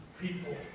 people